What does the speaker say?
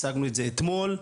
הצגנו את זה אתמול.